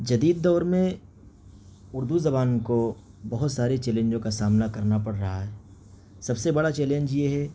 جدید دور میں اردو زبان کو بہت سارے چیلنجوں کا سامنا کرنا پڑ رہا ہے سب سے بڑا چیلنج یہ ہے